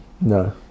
no